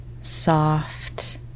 soft